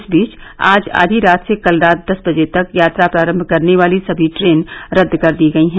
इस बीच आज आधी रात से कल रात दस बजे तक यात्रा प्रारम्भ करने वाली सभी ट्रेन रद्द कर दी गयी हैं